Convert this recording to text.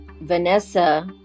Vanessa